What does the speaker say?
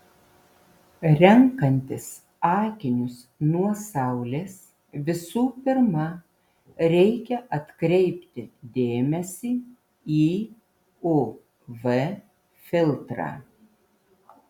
renkantis akinius nuo saulės visų pirma reikia atkreipti dėmesį į uv filtrą